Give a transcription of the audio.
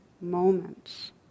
moments